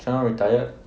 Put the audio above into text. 谌龙 retired